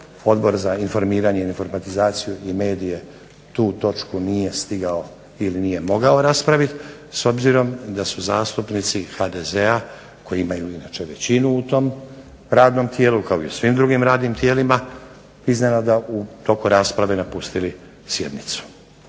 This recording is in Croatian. Odbor za informiranje, informatizaciju i medije tu točku nije stigao ili nije mogao raspraviti s obzirom da su zastupnici HDZ-a koji imaju inače većinu u tom radnom tijelu kao i u svim drugim radnim tijelima iznenada u toku rasprave napustili sjednicu.